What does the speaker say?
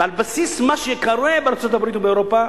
ועל בסיס מה שקורה בארצות-הברית ובאירופה,